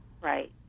Right